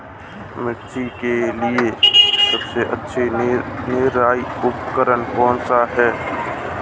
मिर्च के लिए सबसे अच्छा निराई उपकरण कौनसा है?